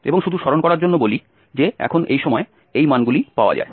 এবং শুধু স্মরণ করার জন্য বলি যে এখন এই সময় এই মানগুলিই পাওয়া যায়